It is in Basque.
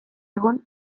egon